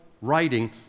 writing